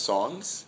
Songs